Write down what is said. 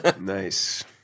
Nice